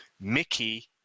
Mickey